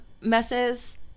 messes